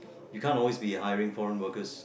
you can't always be hiring foreign workers